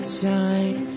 shine